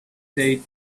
said